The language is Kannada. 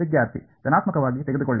ವಿದ್ಯಾರ್ಥಿ ಧನಾತ್ಮಕವಾಗಿ ತೆಗೆದುಕೊಳ್ಳಿ